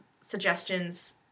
suggestions